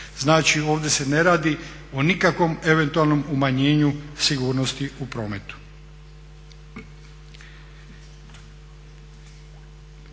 Znači ovdje se ne radi o nikakvom eventualnom umanjenju sigurnosti u prometu.